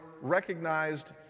recognized